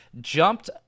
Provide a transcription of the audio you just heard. jumped